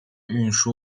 运输